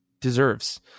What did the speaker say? deserves